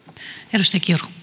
arvoisa